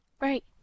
right